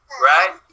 right